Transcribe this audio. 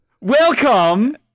Welcome